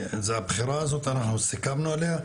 את הבחירה הזו אנחנו סיכמנו עליה,